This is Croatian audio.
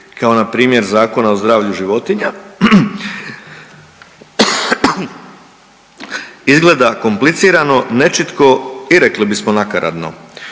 kao npr. Zakona o zdravlju životinja izgleda komplicirano, nečitko i rekli bismo nakaradno.